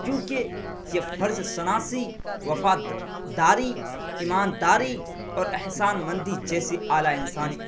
کیوںکہ یہ فرض شناسی وفاداری ایمان داری اور احسان مندی جیسی اعلی انسانی